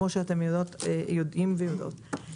כפי שאתם יודעים ויודעות,